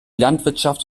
landwirtschaft